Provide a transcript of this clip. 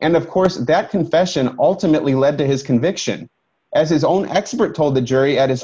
and of course that confession ultimately led to his conviction as his own expert told the jury at